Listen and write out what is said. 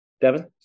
Devin